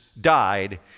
died